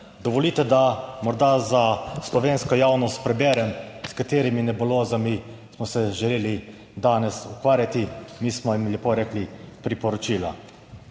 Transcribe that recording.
dovolite, da morda za slovensko javnost preberem s katerimi nebulozami smo se želeli danes ukvarjati. Mi smo jim lepo rekli priporočila.